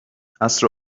عصر